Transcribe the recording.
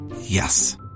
Yes